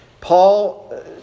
Paul